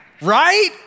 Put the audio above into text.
Right